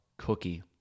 Cookie